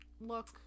look